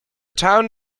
town